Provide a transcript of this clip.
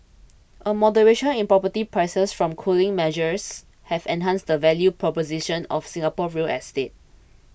a moderation in property prices from cooling measures have enhanced the value proposition of Singapore real estate